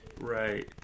Right